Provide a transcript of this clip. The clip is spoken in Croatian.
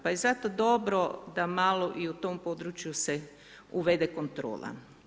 Pa je zato dobro, da i malo u tom području se uvede kontrola.